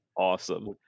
awesome